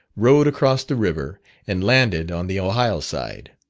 rowed across the river and landed on the ohio side.